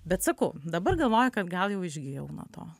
bet sakau dabar galvoju kad gal jau išgijau nuo to